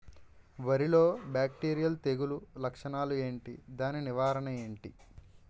వరి లో బ్యాక్టీరియల్ తెగులు లక్షణాలు ఏంటి? దాని నివారణ ఏంటి?